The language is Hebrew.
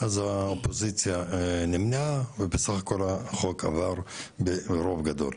אז האופוזיציה נמנעה ובסך הכל החוק עבר ברוב גדול.